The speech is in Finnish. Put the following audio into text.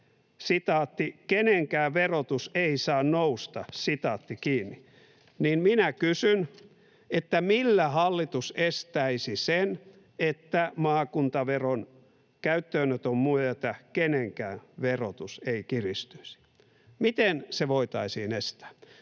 että ”kenenkään verotus ei saa nousta”, niin minä kysyn: Millä hallitus estäisi sen, että maakuntaveron käyttöönoton myötä kenenkään verotus ei kiristyisi? Miten se voitaisiin estää?